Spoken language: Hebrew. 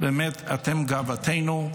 באמת אתם גאוותנו,